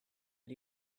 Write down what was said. but